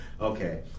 Okay